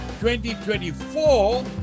2024